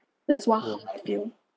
that's why I feel